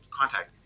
contact